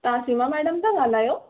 तव्हां सीमा मैडम था ॻाल्हायो